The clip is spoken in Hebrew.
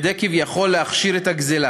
כדי כביכול להכשיר את הגזלה.